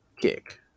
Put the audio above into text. kick